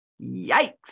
Yikes